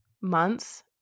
months